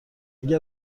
اگر